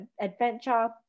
adventure